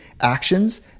actions